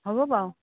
হ'ব বাৰু